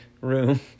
room